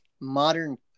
modern